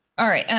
all right. yeah